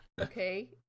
okay